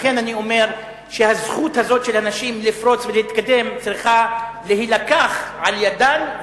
לכן אני אומר שהזכות הזו של הנשים לפרוץ ולהתקדם צריכה להילקח על-ידן,